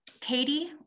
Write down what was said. Katie